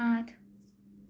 আঠ